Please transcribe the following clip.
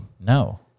No